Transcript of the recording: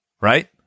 right